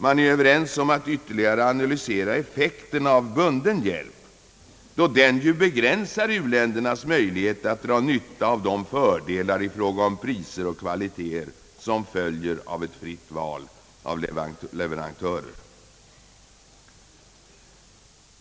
Man är överens om att ytterligare analysera effekten av bunden hjälp, då den ju begränsar uländernas möjlighet att dra nytta av de fördelar i fråga om priser och kvaliteter som följer av ett fritt val av leverantörer.